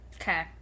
Okay